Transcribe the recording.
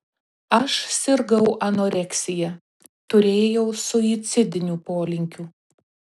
aš sirgau anoreksija turėjau suicidinių polinkių